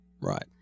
Right